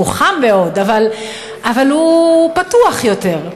הוא חם מאוד, אבל הוא פתוח יותר.